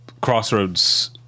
Crossroads